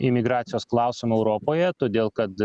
imigracijos klausimu europoje todėl kad